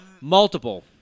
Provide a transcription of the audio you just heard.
multiple